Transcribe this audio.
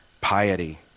piety